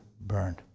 burned